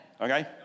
Okay